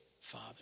father